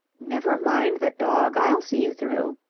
never mind the dog. i'll see you through.